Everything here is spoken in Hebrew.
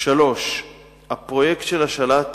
3. הפרויקט של השאלת